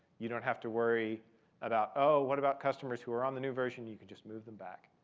you don't have to worry about, oh, what about customers who are on the new version? you can just move them back.